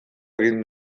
egin